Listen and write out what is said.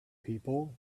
people